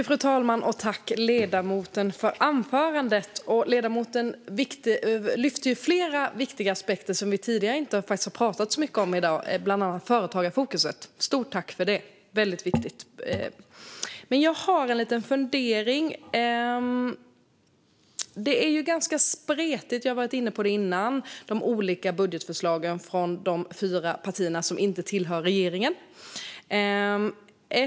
Fru talman! Jag tackar ledamoten för hans anförande. Ledamoten lyfte fram flera viktiga aspekter som vi faktiskt inte har pratat så mycket om i dag, bland annat företagarfokuset. Ett stort tack för det! Det är väldigt viktigt. Men jag har en liten fundering. De olika budgetförslagen från de fyra partierna som inte tillhör regeringsunderlaget är lite spretiga.